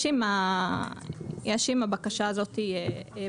יש עם הבקשה הזאת בעיה.